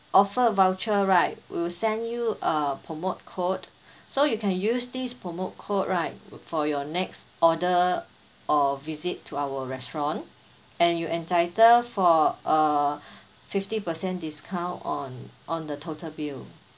offer voucher right we'll send you a promote code so you can use this promote code right for your next order or visit to our restaurant and you entitle for a fifty percent discount on on the total bill